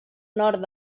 nord